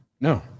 no